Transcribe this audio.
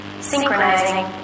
Synchronizing